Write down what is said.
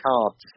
cards